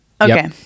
okay